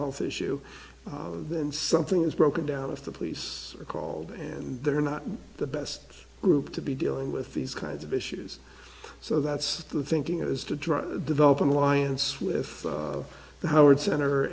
health issue then something is broken down if the police are called and they're not the best group to be dealing with these kinds of issues so that's the thinking is to try to develop an alliance with the howard center